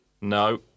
No